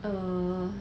err